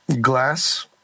glass